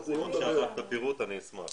--- אני אפשר את הפירוט במה מדובר אני אשמח.